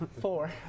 Four